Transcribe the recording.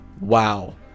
wow